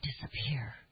disappear